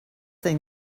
thing